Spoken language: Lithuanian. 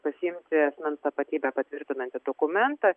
pasiimti asmens tapatybę patvirtinantį dokumentą